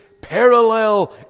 parallel